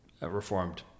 reformed